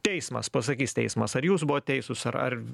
teismas pasakys teismas ar jūs buvot teisūs ar ar